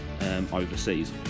overseas